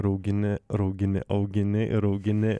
raugini raugini augini ir augini